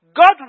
God